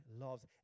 loves